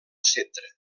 centre